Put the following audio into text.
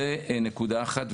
זו נקודה אחת,